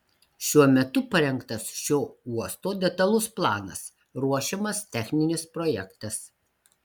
šiuo metu parengtas šio uosto detalus planas ruošiamas techninis projektas